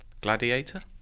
gladiator